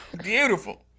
Beautiful